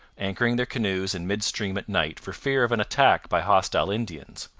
anchoring their canoes in mid-stream at night for fear of an attack by hostile indians.